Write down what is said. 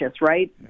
right